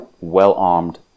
well-armed